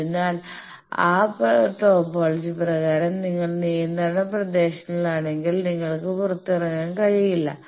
അതിനാൽ ആ ടോപ്പോളജി പ്രകാരം നിങ്ങൾ നിയന്ത്രണമുള്ള പ്രദേശങ്ങളിലാണെങ്കിൽ നിങ്ങൾക്ക് പുറത്തിറങ്ങാൻ കഴിയില്ല